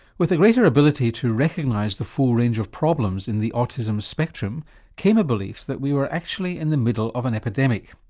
with a greater ability to recognise the full range of problems in the autism spectrum came a belief that we were actually in the middle of an epidemic.